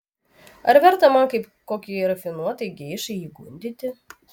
ar verta man kaip kokiai rafinuotai geišai jį gundyti